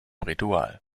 ritual